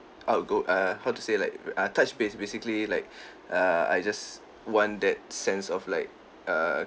outgo~ uh how to say like ah touch base basically like uh I just want that sense of like err